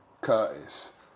Curtis